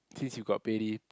since you got pay already